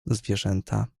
zwierzęta